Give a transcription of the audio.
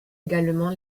également